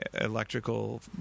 electrical